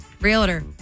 Realtor